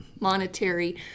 monetary